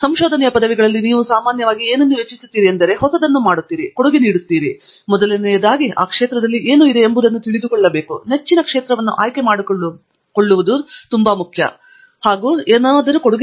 ಆದರೆ ಸಂಶೋಧನೆಯ ಪದವಿಗಳಲ್ಲಿ ನಾವು ಸಾಮಾನ್ಯವಾಗಿ ಏನನ್ನು ಯೋಚಿಸುತ್ತೇವೆ ಎಂದರೆ ಹೊಸದನ್ನು ಮಾಡುತ್ತಿದ್ದೇನೆ ಕೊಡುಗೆ ನೀಡುತ್ತೇವೆ ಮೊದಲನೆಯದಾಗಿ ಆ ಕ್ಷೇತ್ರದಲ್ಲಿ ಏನು ಇದೆ ಎಂಬುದನ್ನು ತಿಳಿದುಕೊಳ್ಳುವುದು ನೆಚ್ಚಿನ ಕ್ಷೇತ್ರವನ್ನು ಆಯ್ಕೆ ಮಾಡಿಕೊಳ್ಳುವುದು ಮತ್ತು ಮುಖ್ಯವಾಗಿ ಏನೋ ಕೊಡುಗೆ